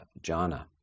jhana